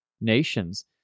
nations